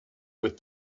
with